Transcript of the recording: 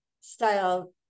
style